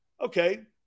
Okay